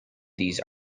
these